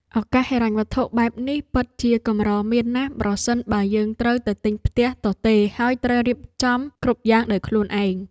ឱកាសហិរញ្ញវត្ថុបែបនេះពិតជាកម្រមានណាស់ប្រសិនបើយើងត្រូវទៅទិញផ្ទះទទេរហើយត្រូវរៀបចំគ្រប់យ៉ាងដោយខ្លួនឯង។